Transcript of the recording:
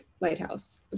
Lighthouse